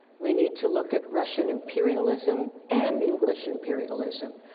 we need to look at russian imperialism and english imperialism,